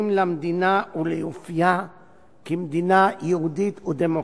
למדינה ולאופיה כמדינה יהודית ודמוקרטית.